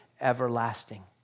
everlasting